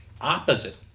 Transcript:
opposite